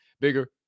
bigger